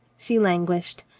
she languished.